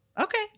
okay